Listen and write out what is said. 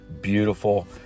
beautiful